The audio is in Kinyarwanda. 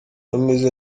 ameze